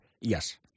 Yes